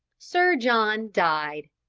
sir john died.